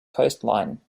coastline